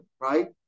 right